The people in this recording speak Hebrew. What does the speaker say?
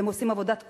הם עושים עבודת קודש,